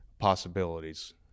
possibilities